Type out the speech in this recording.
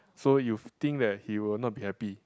so you think that he will not be happy